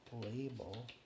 label